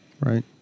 right